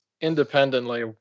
independently